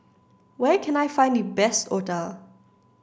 where can I find the best Otah